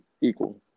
equal